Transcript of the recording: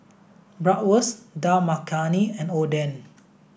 Bratwurst Dal Makhani and Oden